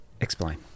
Explain